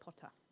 Potter